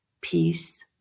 peace